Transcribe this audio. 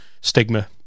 stigma